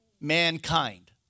Mankind